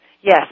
yes